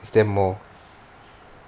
is there more